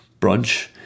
brunch